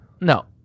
no